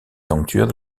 sanctuaire